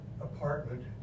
apartment